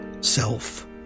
self